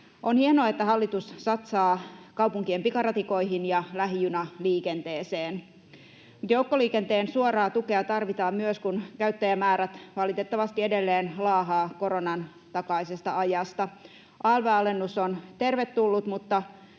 On hienoa, että hallitus satsaa kaupunkien pikaratikoihin ja lähijunaliikenteeseen. Joukkoliikenteen suoraa tukea tarvitaan myös, kun käyttäjämäärät valitettavasti edelleen laahaavat koronan takaisesta ajasta. Alv-alennus on tervetullut, mutta